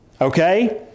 Okay